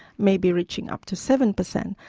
maybe reaching up to seven per cent.